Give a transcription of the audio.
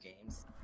games